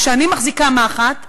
כשאני מחזיקה מחט,